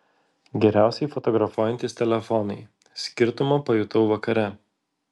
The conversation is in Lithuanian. geriausiai fotografuojantys telefonai skirtumą pajutau vakare